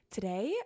Today